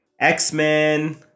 x-men